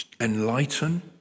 enlighten